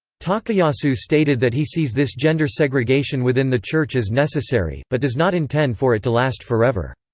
takayasu stated that he sees this gender segregation within the church as necessary, but does not intend for it to last forever.